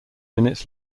minutes